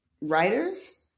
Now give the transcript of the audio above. writers